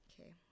Okay